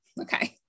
Okay